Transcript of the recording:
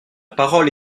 parole